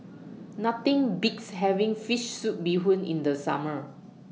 Nothing Beats having Fish Soup Bee Hoon in The Summer